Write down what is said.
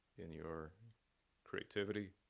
in your creativity